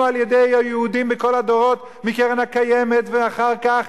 על-ידי היהודים בכל הדורות מהקרן הקיימת ואחר כך,